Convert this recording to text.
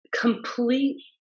complete